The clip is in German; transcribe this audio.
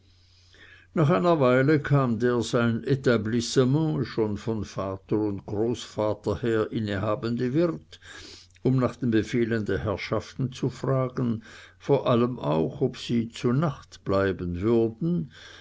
nach einer weile kam der sein etablissement schon von vater und großvater her innehabende wirt um nach den befehlen der herrschaften zu fragen vor allem auch ob sie zu nacht bleiben würden